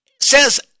says